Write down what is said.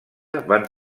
van